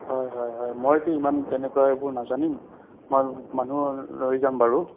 হয় হয় হয় মইতো ইমান তেনেকুৱা এইবোৰ নাজানিম মই মানুহ লৈ যাম বাৰু